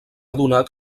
donat